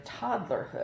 toddlerhood